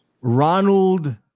Ronald